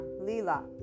Lila